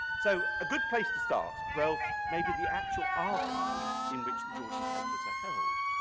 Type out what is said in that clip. so a good place to start. well, maybe the actual archive in which the georgian papers are held.